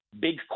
big